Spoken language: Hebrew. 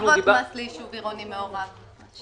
ליישוב עירוני מעורב.